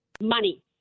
money